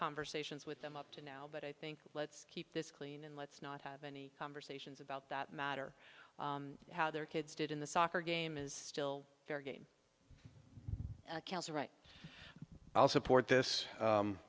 conversations with them up to now but i think let's keep this clean and let's not have any conversations about that matter how their kids did in the soccer game is still fair game kelso right i'll support this